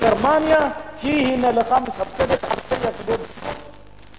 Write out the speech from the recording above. גרמניה מסבסדת אלפי יחידות דיור,